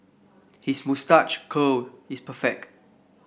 his moustache curl is perfect